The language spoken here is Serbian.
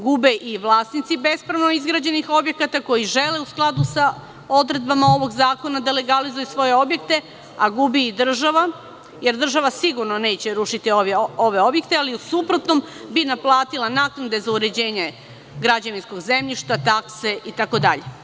Gube i vlasnici bespravno izgrađenih objekata, koji žele u skladu sa odredbama ovog zakona da legalizuju svoje objekte, a gubi i država, jer država sigurno neće rušiti ove objekte, ali u suprotnom bi naplatila naknade za uređenje građevinskog zemljišta, takse itd.